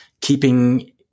keeping